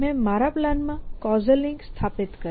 મેં મારા પ્લાનમાં કૉઝલ લિંક સ્થાપિત કરી